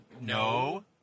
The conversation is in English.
no